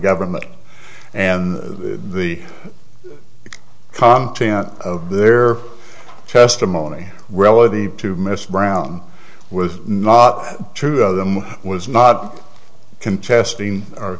government and the content of their testimony relative to mr brown was not true of them was not contesting or